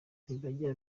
ntibajya